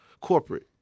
corporate